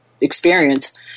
experience